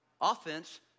Offense